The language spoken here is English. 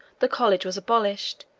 the college was abolished,